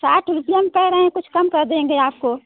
साठ रुपये हम कह रहें हैं कुछ कम कर देंगे आपको